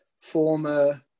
former